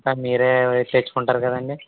మొత్తం మీరే తెచ్చుకుంటారు కదండి